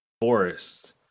forests